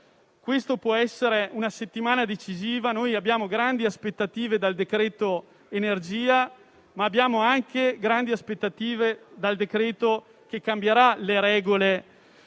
Questa può essere una settimana decisiva. Noi abbiamo grandi aspettative dal decreto energia, ma abbiamo anche grandi aspettative dal decreto che cambierà le regole